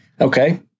Okay